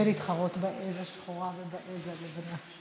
יהיה קשה להתחרות בעז השחורה ובעז הלבנה.